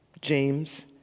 James